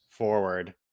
Forward